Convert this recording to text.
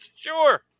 Sure